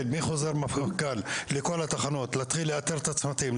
מחוזר מפכ"ל לכל התחנות להתחיל לאתר את הצמתים,